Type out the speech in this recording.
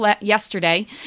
yesterday